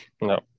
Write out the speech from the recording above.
No